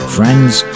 Friends